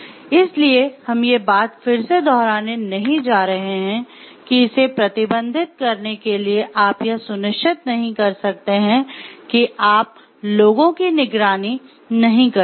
इसलिए हम ये बात फिर से दोहराने नहीं जा रहे हैं कि इसे प्रतिबंधित करने के लिए आप यह सुनिश्चित नहीं कर सकते हैं कि आप लोगों की निगरानी नहीं कर सकते